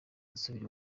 nsubira